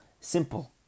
simple